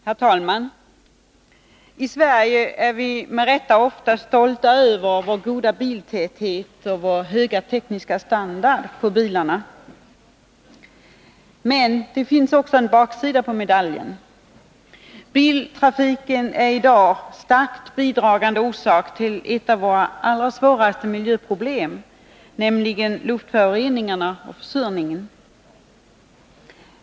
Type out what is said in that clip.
Herr talman! I Sverige visar vi med rätta ofta stolthet över vår goda biltäthet och vår höga tekniska standard på bilarna. Men det finns också en baksida på medaljen. Biltrafiken är i dag en stark bidragande orsak till ett av våra allra svåraste miljöproblem, nämligen luftföroreningarna och försurningen.